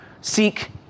Seek